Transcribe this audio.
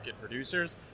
producers